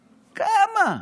כמה?